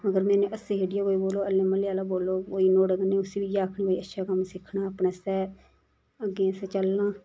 मगर में हस्सी खेढियै कोई बोलो अल्ले म्हल्लें आह्ला बोलग कोई नुआढ़े कन्नै उसी बी इयै आखनी में अच्छा कम्म सिक्खना अपने आस्सै अग्गें रस्ते चलना